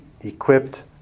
equipped